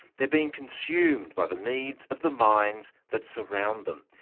they're being consumed by the needs of the mines that surround them.